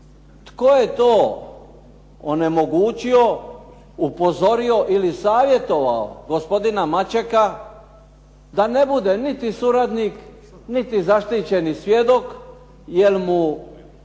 tko je to onemogućio, upozorio ili savjetovao gospodina Mačeka da ne bude niti suradnik, niti zaštićeni svjedok jer mu